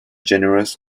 generous